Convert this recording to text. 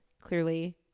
clearly